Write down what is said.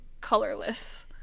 colorless